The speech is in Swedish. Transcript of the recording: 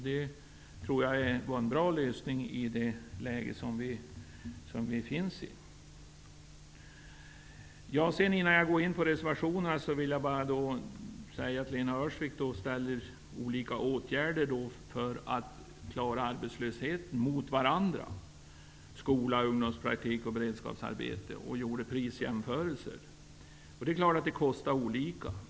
Det tror jag är en bra lösning i det läge som vi nu befinner oss i. Innan jag går in på själva reservationerna vill jag peka på att Lena Öhrsvik ställer olika åtgärder mot varandra för att klara åtgärderna när det gäller arbetslöshet, skola, ungdomspraktik och beredskapsarbete. Hon gjorde prisjämförelser. Självfallet kostar olika åtgärder olika mycket.